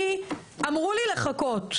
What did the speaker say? כי אמרו לי לחכות.